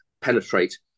penetrate